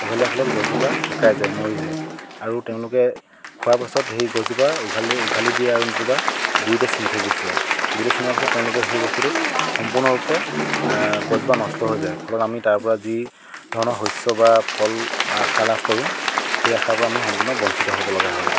উঘালি দিয়াৰ ফলত গছজোপা শুকাই যায় মৰি যায় আৰু তেওঁলোকে খোৱাৰ পাছত সেই গছজোপা উঘালি উঘালি দিয়ে আৰু নতুবা গুৰিতে চিঙি থৈ গুচি যায় গুৰিতে চিঙাৰ পিছত তেওঁলোকৰ সেই বস্তুটোত সম্পূৰ্ণৰূপে গছজোপা নষ্ট হৈ যায় ফলত আমি তাৰ পৰা যি ধৰণৰ শস্য বা ফল আশা লাভ কৰোঁ সেই আশাৰ পৰা আমি সম্পূৰ্ণ বঞ্চিত হ'ব লগা হয়